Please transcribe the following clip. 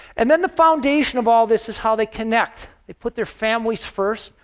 and then the foundation of all this is how they connect. they put their families first,